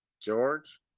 George